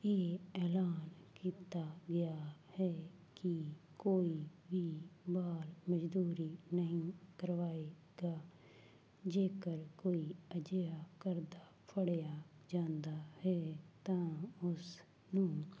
ਇਹ ਐਲਾਨ ਕੀਤਾ ਗਿਆ ਹੈ ਕਿ ਕੋਈ ਵੀ ਬਾਲ ਮਜ਼ਦੂਰੀ ਨਹੀਂ ਕਰਵਾਏਗਾ ਜੇਕਰ ਕੋਈ ਅਜਿਹਾ ਕਰਦਾ ਫੜਿਆ ਜਾਂਦਾ ਹੈ ਤਾਂ ਉਸ ਨੂੰ